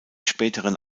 späteren